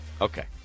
Okay